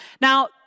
Now